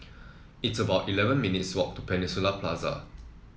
it's about eleven minutes' walk to Peninsula Plaza